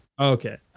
Okay